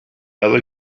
other